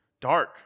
dark